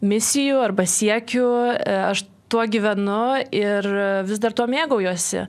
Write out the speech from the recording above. misijų arba siekių aš tuo gyvenu ir vis dar tuo mėgaujuosi